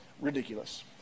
ridiculous